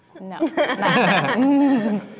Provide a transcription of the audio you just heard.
No